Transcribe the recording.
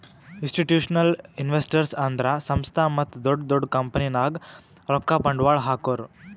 institutional investors ಅಂದ್ರ ಸಂಸ್ಥಾ ಮತ್ತ್ ದೊಡ್ಡ್ ದೊಡ್ಡ್ ಕಂಪನಿದಾಗ್ ರೊಕ್ಕ ಬಂಡ್ವಾಳ್ ಹಾಕೋರು